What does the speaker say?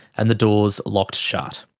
and the doors locked shut.